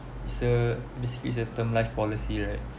so basically it's a term life policy right